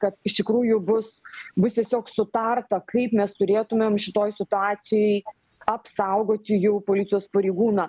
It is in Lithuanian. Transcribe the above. kad iš tikrųjų bus bus tiesiog sutarta kaip mes turėtumėm šitoj situacijoj apsaugoti jau policijos pareigūną